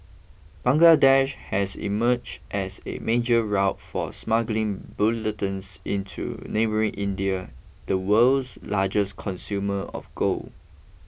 Bangladesh has emerged as a major route for smuggling bullion into neighbouring India the world's largest consumer of gold